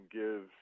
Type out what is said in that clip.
give